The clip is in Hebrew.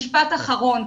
משפט אחרון,